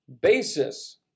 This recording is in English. basis